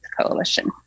Coalition